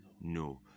No